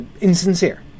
insincere